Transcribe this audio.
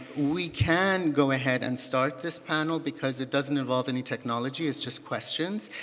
we can go ahead and start this panel because it doesn't involve any technology. it's just questions.